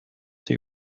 sie